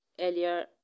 earlier